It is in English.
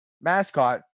mascot